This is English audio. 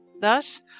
Thus